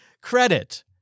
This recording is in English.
credit